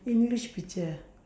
english picture